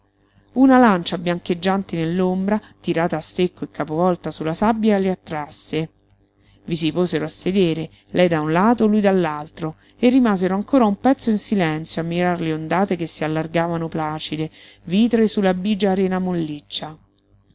una lancia biancheggiante nell'ombra tirata a secco e capovolta su la sabbia le attrasse i si posero a sedere lei da un lato lui dall'altro e rimasero ancora un pezzo in silenzio a mirar le ondate che si allargavano placide vitree su la bigia rena molliccia poi